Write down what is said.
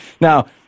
now